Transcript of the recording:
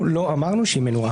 ארבעה דברים שאין קשר ביניהם.